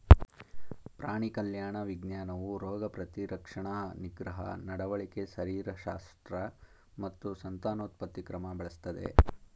ಪ್ರಾಣಿ ಕಲ್ಯಾಣ ವಿಜ್ಞಾನವು ರೋಗ ಪ್ರತಿರಕ್ಷಣಾ ನಿಗ್ರಹ ನಡವಳಿಕೆ ಶರೀರಶಾಸ್ತ್ರ ಮತ್ತು ಸಂತಾನೋತ್ಪತ್ತಿ ಕ್ರಮ ಬಳಸ್ತದೆ